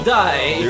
die